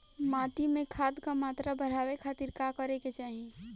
माटी में खाद क मात्रा बढ़ावे खातिर का करे के चाहीं?